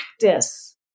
practice